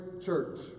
church